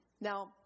Now